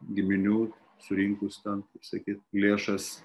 giminių surinkus ten sakyt lėšas